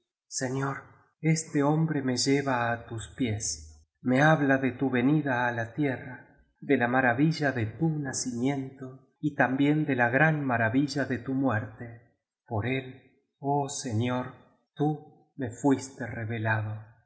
señor este hombre me lleva á tus pies me habla de tu venida á la tierra de la maravilla de tu nacimiento y también de la gran maravilla de tu muerte por él oh señor tú me fuistes revelado